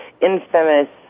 infamous